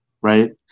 right